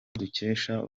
dukesha